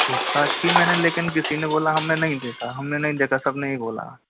पूछताछ की मैंने लेकिन किसी ने बोला हमने नहीं देखा हमने नहीं देखा सब ने यही बोला